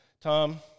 Tom